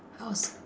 how's